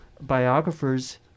biographers